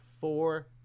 four